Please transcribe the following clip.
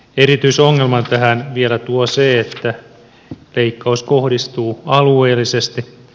erityisongelman tähän vielä tuo se että leikkaus kohdistuu alueellisesti